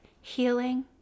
healing